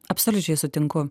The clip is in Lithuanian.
absoliučiai sutinku